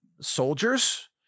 soldiers